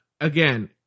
again